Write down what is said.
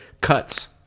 cuts